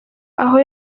aho